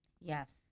Yes